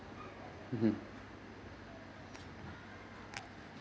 mmhmm